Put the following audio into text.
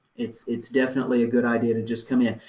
it's it's definitely a good idea to just come in.